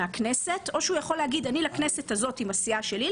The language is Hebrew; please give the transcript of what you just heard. מהכנסת או שהוא יכול להגיד: לכנסת הזאת אני עם הסיעה שלי,